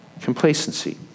Complacency